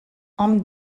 hom